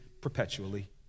perpetually